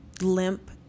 limp